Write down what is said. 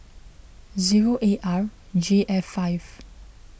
zero A R J F five